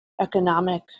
economic